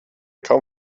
kaum